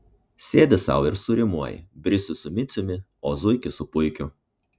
sėdi sau ir surimuoji brisių su miciumi o zuikį su puikiu